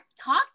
talk